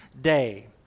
day